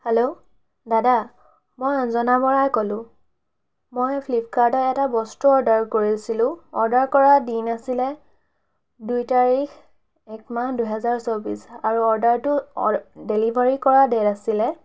hello দাদা মই অঞ্জনা বৰাই ক'লোঁ মই ফ্লিপকাৰ্টত এটা বস্তু অৰ্ডাৰ কৰিছিলোঁ অৰ্ডাৰ কৰা দিন আছিলে দুই তাৰিখ এক মাহ দুহেজাৰ চৌব্বিছ আৰু অৰ্ডাৰটো অৰ ডেলিভাৰি কৰাৰ ডেট আছিলে